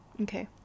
Okay